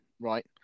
right